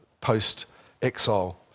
post-exile